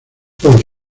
por